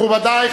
מכובדי,